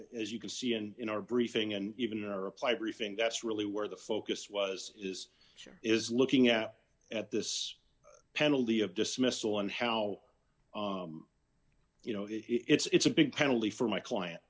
as you can see and in our briefing and even a reply brief thing that's really where the focus was is is looking at at this penalty of dismissal on how you know it's a big penalty for my client